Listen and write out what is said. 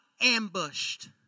ambushed